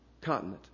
continent